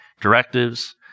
directives